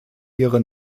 ihre